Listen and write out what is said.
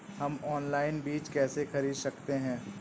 हम ऑनलाइन बीज कैसे खरीद सकते हैं?